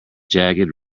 jagged